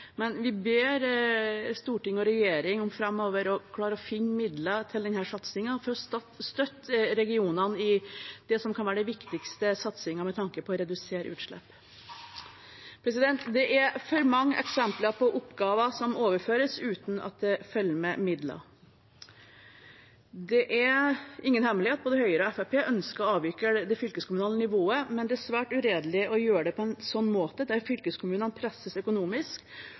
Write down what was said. men vi ber om at storting og regjering framover klarer å finne midler til denne satsingen for å støtte regionene i det som kan være den viktigste satsingen med tanke på å redusere utslipp. Det er for mange eksempler på oppgaver som overføres uten at det følger med midler. Det er ingen hemmelighet at både Høyre og Fremskrittspartiet ønsker å avvikle det fylkeskommunale nivået, men det er svært uredelig å gjøre det på en sånn måte, der fylkeskommunene presses økonomisk